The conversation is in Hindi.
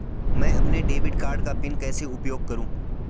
मैं अपने डेबिट कार्ड का पिन कैसे उपयोग करूँ?